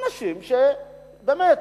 אנשים שלרוב